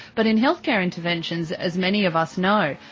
but in healthcare interventions, as many of us know,